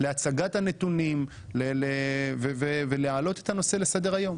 להצגת הנתונים ולהעלות את הנושא לסדר-היום.